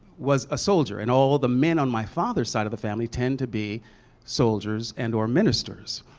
was a soldier. and all the men on my father's side of the family tend to be soldiers and or ministers.